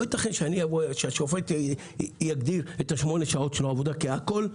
לא יתכן שהשופט יגדיר את שמונה שעות העבודה שלו כהכול,